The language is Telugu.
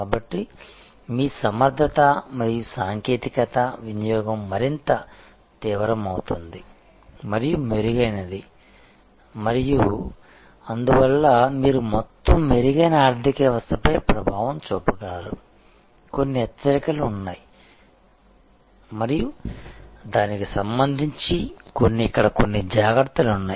కాబట్టి మీ సమర్ధత మరియు సాంకేతికత వినియోగం మరింత తీవ్రమవుతుంది మరియు మెరుగైనది మరియు మెరుగైనది మరియు అందువల్ల మీరు మొత్తం మెరుగైన ఆర్థిక వ్యవస్థపై ప్రభావం చూపగలరు కొన్ని హెచ్చరికలు ఉన్నాయి మరియు దానికి సంబంధించి ఇక్కడ కొన్ని జాగ్రత్తలు ఉన్నాయి